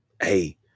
Hey